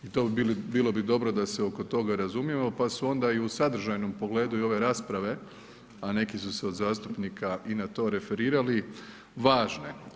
I bilo bi dobro da se oko toga razumijemo, pa su onda i u sadržajnom pogledu i ove rasprave, a neki su se od zastupnika i na to referirali, važne.